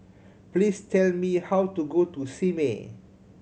please tell me how to go to Simei